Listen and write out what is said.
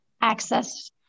access